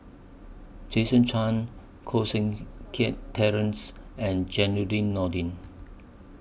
Jason Chan Koh Seng Kiat Terence and Zainudin Nordin